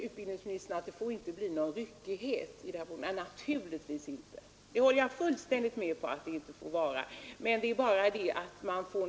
Utbildningsministern säger att det inte får vara någon ryckighet i utbildningen. Det håller jag fullständigt med om.